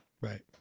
Right